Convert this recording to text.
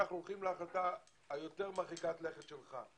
אנחנו הולכים להחלטה היותר מרחיקת לכת שלך,